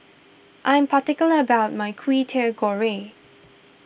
I am particular about my Kwetiau Goreng